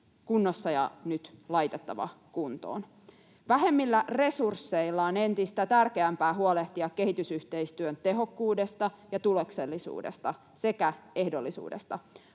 kunnossa ja nyt laitettava kuntoon. Vähemmillä resursseilla on entistä tärkeämpää huolehtia kehitysyhteistyön tehokkuudesta ja tuloksellisuudesta sekä ehdollisuudesta.